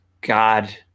God